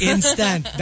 Instant